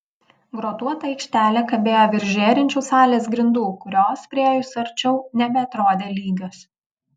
grotuota aikštelė kabėjo virš žėrinčių salės grindų kurios priėjus arčiau nebeatrodė lygios